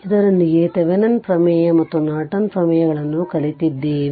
ಇದರೊಂದಿಗೆ ಥೆವೆನಿನ್ ಪ್ರಮೇಯ ಮತ್ತು ನಾರ್ಟನ್ ಪ್ರಮೇಯಗಳನ್ನು ಕಲಿತಿದ್ದೇವೆ